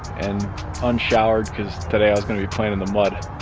and unshowered cause today i was gonna be playing in the mud.